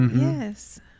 yes